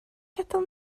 gadael